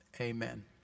Amen